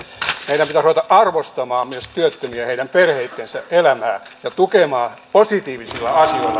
pitäisi ruveta arvostamaan myös työttömiä heidän perheittensä elämää ja tukemaan positiivisilla asioilla heidän selviytymistään